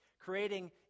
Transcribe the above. creating